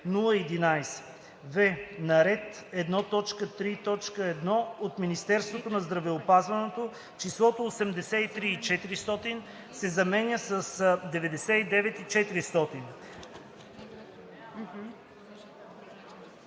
в) на ред 1.3.1 от Министерството на здравеопазването числото „83 400,0“ се заменя с „99 400,0“.